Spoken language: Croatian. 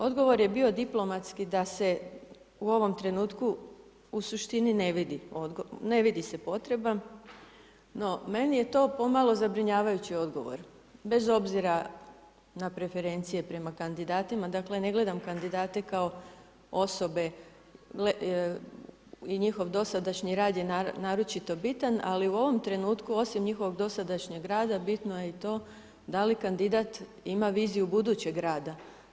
Odgovor je bio diplomatski da se u ovom trenutku u suštini ne vidi, ne vidi se potreba no meni je to pomalo zabrinjavajući odgovor bez obzira na preferencije prema kandidatima, dakle ne gledam kandidate kao osobe i njihov dosadašnji rad je naročito bitan ali u ovom trenutku osim njihovog dosadašnjeg rada bitno je i to da li kandidat ima viziju budućeg rada.